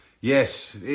Yes